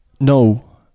no